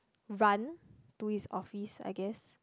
run to his office I guess